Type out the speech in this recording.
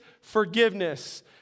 forgiveness